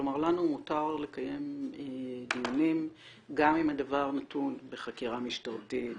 כלומר לנו מותר לקיים דיונים גם אם הדבר נתון בחקירה משטרתית,